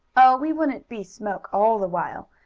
oh, we wouldn't be smoke all the while,